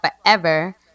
Forever